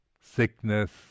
sickness